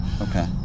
Okay